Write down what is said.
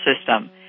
system